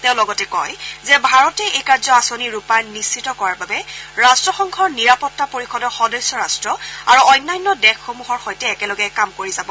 তেওঁ লগতে কয় যে ভাৰতে এই কাৰ্য আঁচনি ৰূপায়ণ নিশ্চিত কৰাৰ বাবে ৰাট্ৰসংঘৰ নিৰাপত্তা পৰিযদৰ সদস্য ৰাট্ট আৰু অন্য দেশসমূহৰ সৈতে একেলগে কাম কৰি যাব